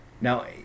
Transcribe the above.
Now